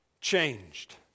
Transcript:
changed